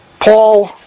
Paul